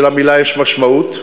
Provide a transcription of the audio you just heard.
שלמילה יש משמעות,